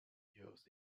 used